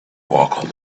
walk